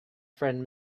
friend